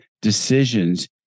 decisions